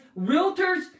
realtors